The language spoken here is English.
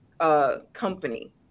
company